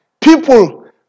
people